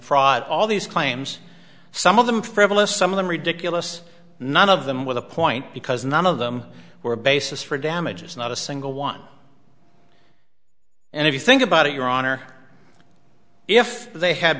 fraud all these claims some of them frivolous some of them ridiculous none of them with a point because none of them were basis for damages not a single one and if you think about it your honor if they had